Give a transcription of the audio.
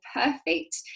perfect